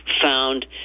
found